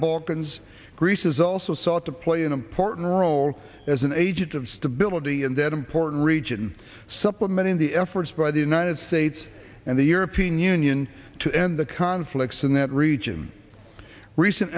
balkans greece is also sought to play an important role as an agent of stability in that important region supplementing the efforts by the united states and the european union to end the conflicts in that region recent